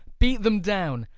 beat them down!